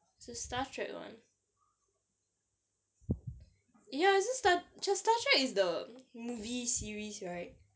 there's a star trek one ya isn't star just star trek is the movie series right